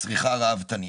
"צריכה ראוותנית".